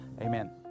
amen